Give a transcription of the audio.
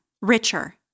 richer